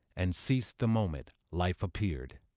and ceas'd the moment life appear'd.